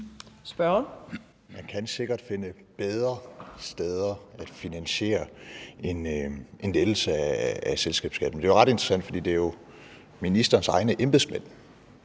Jeg kan sikkert finde bedre steder at finansiere en lettelse af selskabsskatten. Det er ret interessant, for det er jo ministerens egne embedsmænd,